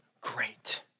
great